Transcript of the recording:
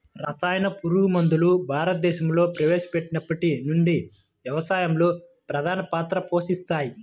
రసాయన పురుగుమందులు భారతదేశంలో ప్రవేశపెట్టినప్పటి నుండి వ్యవసాయంలో ప్రధాన పాత్ర పోషిస్తున్నాయి